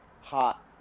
hot